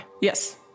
Yes